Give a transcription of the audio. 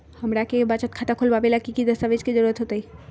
हमरा के बचत खाता खोलबाबे ला की की दस्तावेज के जरूरत होतई?